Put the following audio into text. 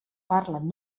parlen